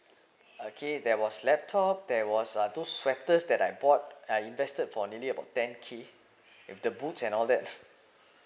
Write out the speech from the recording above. okay there was laptop there was uh two sweaters that I bought I invested for nearly about ten K with the boots and all that